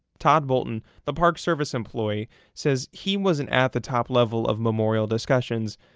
todd bolton, the parks service employee says he wasn't at the top level of memorial discussions,